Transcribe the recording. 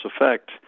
effect